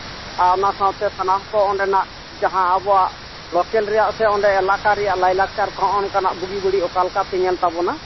ᱟᱨ ᱚᱱᱟ ᱥᱟᱶᱛᱮ ᱥᱟᱱᱟᱢ ᱠᱚ ᱚᱸᱰᱮᱱᱟᱜ ᱡᱟᱦᱟᱸ ᱟᱵᱚᱣᱟᱜ ᱞᱚᱠᱮᱞ ᱨᱮᱭᱟᱜ ᱥᱮ ᱮᱞᱟᱠᱟ ᱨᱮᱭᱟᱜ ᱞᱟᱭᱞᱟᱠᱪᱟᱨ ᱠᱚ ᱦᱚᱸ ᱵᱩᱜᱤ ᱵᱟᱹᱲᱤᱡ ᱚᱠᱟᱞᱮᱠᱟ ᱯᱮ ᱧᱮᱞ ᱛᱟᱵᱚᱱᱟ